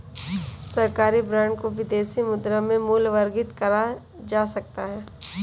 सरकारी बॉन्ड को विदेशी मुद्रा में मूल्यवर्गित करा जा सकता है